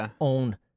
own